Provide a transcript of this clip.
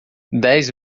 dez